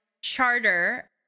charter